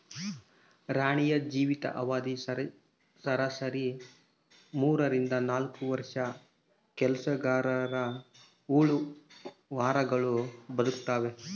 ರಾಣಿಯ ಜೀವಿತ ಅವಧಿ ಸರಾಸರಿ ಮೂರರಿಂದ ನಾಲ್ಕು ವರ್ಷ ಕೆಲಸಗರಹುಳು ವಾರಗಳು ಬದುಕ್ತಾವೆ